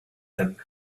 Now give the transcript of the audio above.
them